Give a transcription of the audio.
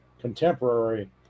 contemporary